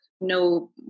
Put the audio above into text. no